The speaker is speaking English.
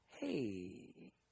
Hey